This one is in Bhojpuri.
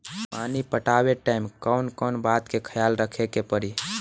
पानी पटावे टाइम कौन कौन बात के ख्याल रखे के पड़ी?